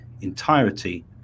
entirety